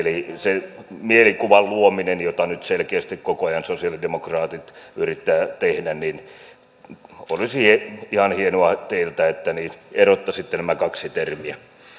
eli sen mielikuvan luomisen sijaan jota nyt selkeästi koko ajan sosialidemokraatit yrittävät tehdä olisi ihan hienoa teiltä että erottaisitte nämä kaksi termiä